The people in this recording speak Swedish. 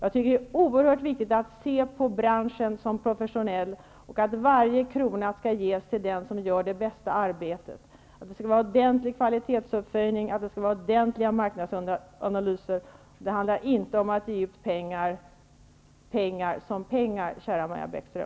Det är oerhört viktigt att se på branschen som professionell och att varje krona skall ges till den som gör det bästa arbetet. Det skall vara en ordentlig kvalitetsuppföljning och ordentliga marknadsanalyser. Det handlar inte om att ge ut pengar som pengar, kära Maja Bäckström.